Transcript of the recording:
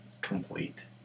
complete